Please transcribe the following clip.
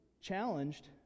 challenged